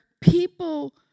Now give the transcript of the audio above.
people